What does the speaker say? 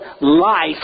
life